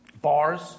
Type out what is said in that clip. Bars